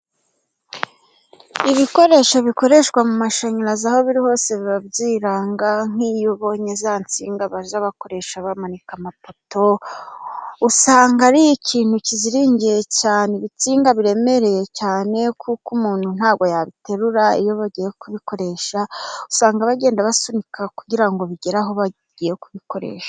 Ibikoresho bikoreshwa mu mashanyarazi aho biri hose biba byiranga, nk'iyo ubonye za nsinga bajya bakoresha bamanika amapoto, usanga ari ikintu kiziringiye cyane, ibitsinga biremereye cyane, kuko umuntu ntabwo yabiterura, iyo bagiye kubikoresha usanga bagenda basunika kugirango bigere aho bagiye kubikoresha.